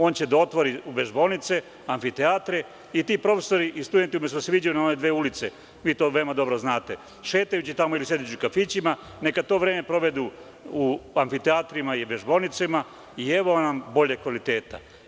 On će da otvori vežbaonice, amfiteatre i ti profesori i studenti umesto da se viđaju na one dve ulice, vi to veoma dobro znate, šetajući tamo ili sedeći u kafićima, neka to vreme provedu u amfiteatrima i vežbaonicama i evo nam boljeg kvaliteta.